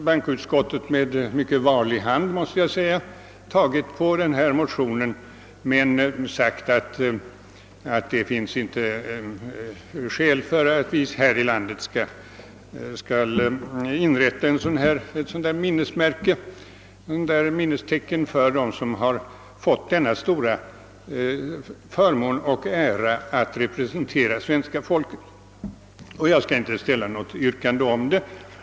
Bankoutskottet har med mycket var lig hand behandlat motionen men samtidigt sagt att det inte finns något skäl för att utdela ett minnestecken till dem som fått den stora förmånen och äran att representera svenska folket. Jag skall inte heller nu göra något yrkande.